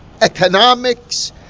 economics